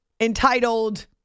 entitled